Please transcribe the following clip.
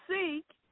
Seek